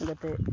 ᱡᱟᱛᱮ